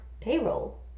payroll